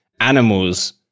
animals